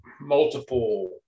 multiple